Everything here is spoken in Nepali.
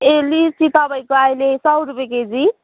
ए लिच्ची तपाईँको अहिले सौ रुपियाँ केजी